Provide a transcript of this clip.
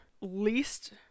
least